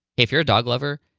if you're a dog lover,